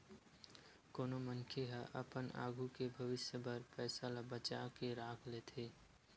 कोनो मनखे ह अपन आघू के भविस्य बर पइसा ल बचा के राख लेथे